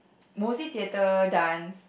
most it theatre dance